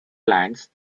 plants